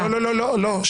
לא, לא, שנייה.